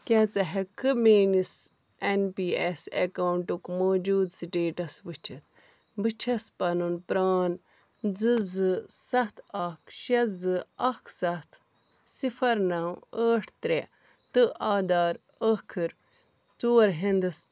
کیٛاہ ژٕ ہیٚکہِ کھا میٛٲنس ایٚن پی ایٚس ایٚکاونٛٹک موجودٕہ سٹیٹس وُچھتھ بہٕ چھس پنُن پرٛان زٕ زٕ ستھ اکھ شےٚ زٕ اکھ ستھ صفر نَو ٲٹھ ترٛےٚ تہٕ آدھار ٲخٕر ژور ہنٛدس